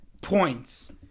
Points